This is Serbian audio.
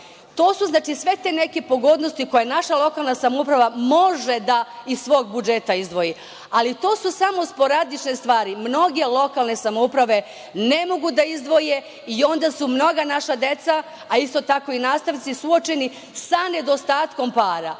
to su sve te neke pogodnosti koje naša lokalna samouprava može da iz svog budžeta izdvoji, ali to su samo sporadične stvari. Mnoge lokalne samouprave ne mogu da izdvoje i onda su mnoga naša deca, a isto tako i nastavnici, suočena sa nedostatkom para.